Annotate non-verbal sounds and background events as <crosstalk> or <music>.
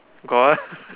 got <laughs>